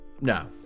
No